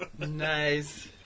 nice